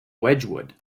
wedgwood